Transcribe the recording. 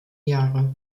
jahre